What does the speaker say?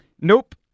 nope